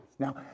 Now